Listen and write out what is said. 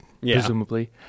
presumably